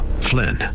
Flynn